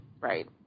Right